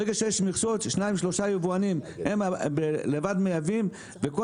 ברגע שיש מכסות 2-3 יבואנים הם לבד מייבאים וכל